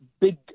big